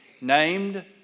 named